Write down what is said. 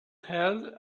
her